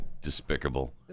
despicable